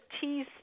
tea